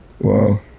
wow